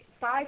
five